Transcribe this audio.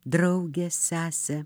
draugę sesę